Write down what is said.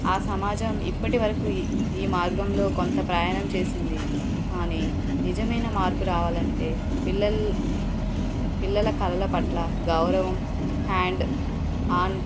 ఆ సమాజం ఇప్పటి వరకు ఈ మార్గంలో కొంత ప్రయాణం చేసింది కానీ నిజమైన మార్పు రావాలంటే పిల్లలు పిల్లల కలల పట్ల గౌరవం హ్యాండ్ ఆన్